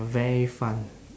very fun